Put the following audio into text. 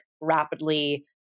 rapidly